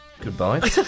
Goodbye